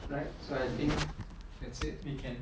right so I think that's it we can